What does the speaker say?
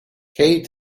kate